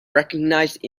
recognized